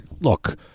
look